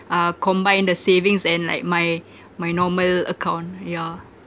uh combine the savings and like my my normal account yeah